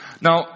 Now